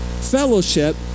fellowship